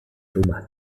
rumah